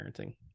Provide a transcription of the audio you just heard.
parenting